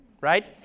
right